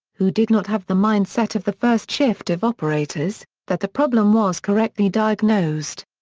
who did not have the mind-set of the first shift of operators, that the problem was correctly diagnosed.